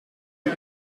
rue